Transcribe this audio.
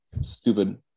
Stupid